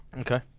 Okay